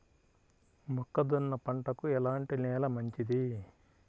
మొక్క జొన్న పంటకు ఎలాంటి నేల మంచిది?